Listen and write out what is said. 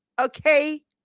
okay